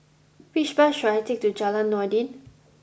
which bus should I take to Jalan Noordin